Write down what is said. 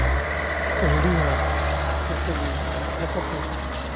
ᱠᱟᱹᱣᱰᱤ ᱦᱚᱸ ᱡᱚᱛᱚ ᱜᱮ ᱞᱮᱠᱟᱛᱮ